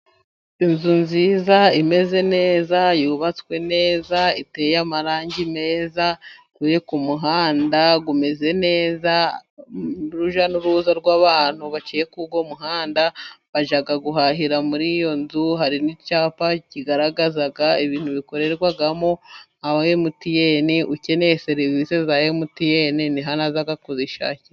Inzu nziza imeze neza, yubatswe neza, iteye amarangi meza, uri ku muhanda umeze neza, urujya n'uruza rw'abantu baciye kuri uwo muhanda bajya guhahira muri iyo nzu, hari n'icyapa kigaragazaga ibintu bikorerwamo, aba MTN ukeneye serivisi za MTN ni hano aza kuzishakira.